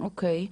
אוקיי,